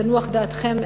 תנוח דעתכם,